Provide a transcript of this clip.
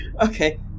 Okay